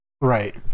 right